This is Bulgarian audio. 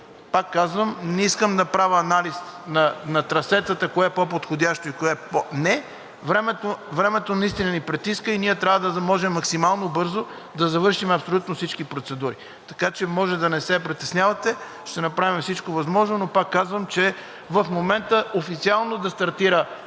пак казвам, не искам да правя анализ на трасетата кое е по-подходящо и кое не. Времето наистина ни притиска и ние трябва да можем максимално бързо да завършим абсолютно всички процедури. Така че може да не се притеснявате, ще направим всичко възможно, но пак казвам, че в момента официално АПИ да стартира